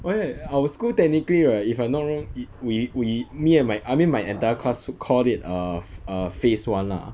wh~ our school technically right if I'm not wrong it we we me and my~ I mean my entire class call it err err phase one lah